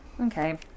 okay